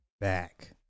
back